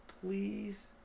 Please